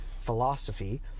philosophy